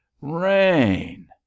Rain